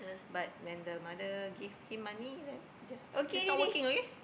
but when the mother give him money then just she's not working okay